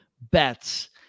Bets